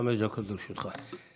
חמש דקות לרשותך.